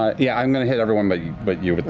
ah yeah, i'm going to hit everyone but you but you at the